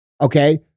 Okay